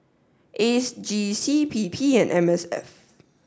AGC PP and MSF